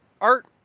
art